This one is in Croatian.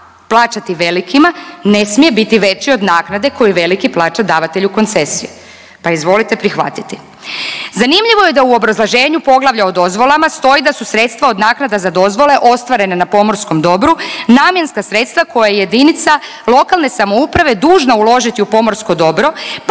plaćati velikima ne smije biti veći od naknade koju veliki plaća davatelju koncesije pa izvolite prihvatiti. Zanimljivo je da u obrazloženju poglavlja o dozvolama stoji da su sredstva od naknada za dozvole ostvarene na pomorskom dobru namjenska sredstva koja jedinica lokalne samouprave dužna uložiti u pomorsko dobro